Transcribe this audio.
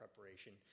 preparation